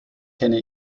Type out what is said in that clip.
kenne